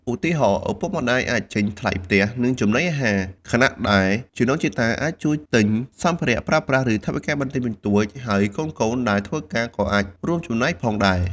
ឧទាហរណ៍ ឪពុកម្តាយអាចចេញថ្លៃផ្ទះ និងចំណីអាហារ ខណៈដែលជីដូនជីតាអាចជួយទិញសម្ភារៈប្រើប្រាស់ ឬថវិកាបន្តិចបន្តួច ហើយកូនៗដែលធ្វើការក៏អាចរួមចំណែកផងដែរ។